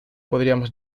podríamos